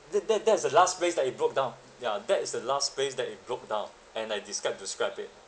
that that that's the last place that it broke down ya that is the last place that it broke down and I decide to scrap it